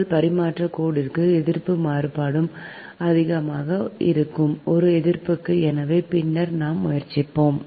உங்கள் பரிமாற்றக் கோட்டிற்கு எதிர்ப்பு மாறுபாடு அதிகமாக இருக்கும் ஒரு எதிர்ப்பிற்கு எனவே பின்னர் பார்க்க முயற்சிப்பேன்